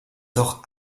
doch